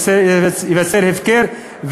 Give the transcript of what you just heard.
ייווצר הפקר,